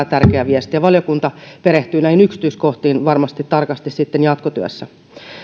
tärkeä viesti ja valiokunta perehtyy näihin yksityiskohtiin varmasti tarkasti sitten jatkotyössä